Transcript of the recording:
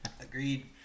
Agreed